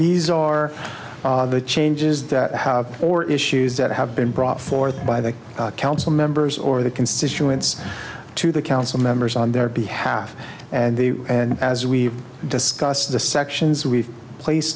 these are the changes that have or issues that have been brought forth by the council members or the constituents to the council members on their behalf and as we discuss the sections we place